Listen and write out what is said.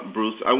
Bruce